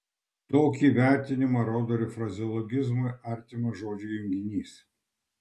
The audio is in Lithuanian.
tokį vertinimą rodo ir frazeologizmui artimas žodžių junginys